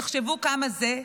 תחשבו כמה זה,